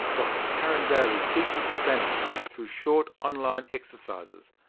dr karen daly teaches spanish through short online exercises.